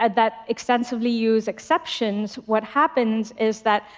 and that extensively use exceptions, what happens is that,